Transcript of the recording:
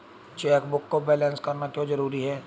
Chequebook को balance करना क्यों जरूरी है?